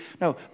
no